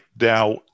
now